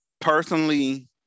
Personally